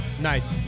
Nice